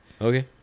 Okay